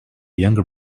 younger